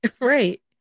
Right